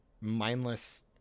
mindless